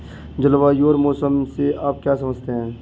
जलवायु और मौसम से आप क्या समझते हैं?